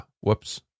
whoops